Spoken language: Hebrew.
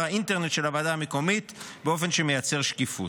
האינטרנט של הוועדה המקומית באופן שמייצר שקיפות.